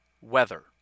weather